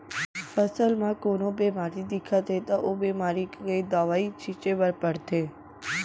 फसल म कोनो बेमारी दिखत हे त ओ बेमारी के दवई छिंचे बर परथे